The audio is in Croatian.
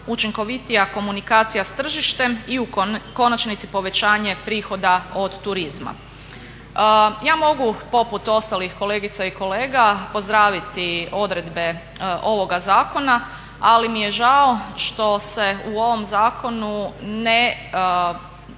učinkovitija komunikacija sa tržištem i u konačnici povećanje prihoda od turizma. Ja mogu poput ostalih kolegica i kolega pozdraviti odredbe ovoga zakona ali mi je žao što se u ovom zakonu ne